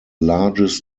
largest